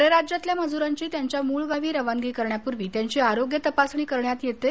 परराज्यातल्या मजुरांची त्यांच्या मूळ गावी रवानगी करण्यापूर्वी त्यांची आरोग्य तपासणी करण्यात येत आहे